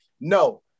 No